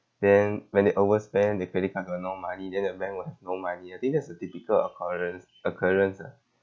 then when they overspend their credit card got no money then their bank will have no money I think that's the typical occurrence occurrence ah